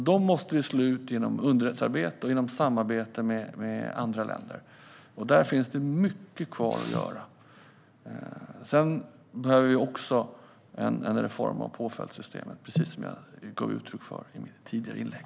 Dem måste vi slå ut genom underrättelsearbete och genom samarbete med andra länder. Där finns det mycket kvar att göra. Vi behöver även en reform av påföljdssystemet, precis som jag gav uttryck för i mitt tidigare inlägg.